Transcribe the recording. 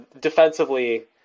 defensively